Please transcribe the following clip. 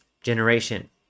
generation